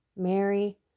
Mary